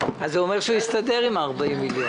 הוא אומר שהיום הם הסתדרו על ה-40 מיליון,